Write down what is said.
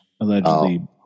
allegedly